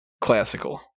classical